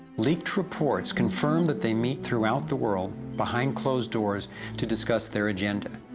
late reports confirm that they meet throughout the world behind closed doors to discuss their agenda.